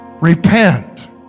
Repent